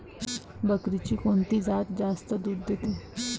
बकरीची कोनची जात जास्त दूध देते?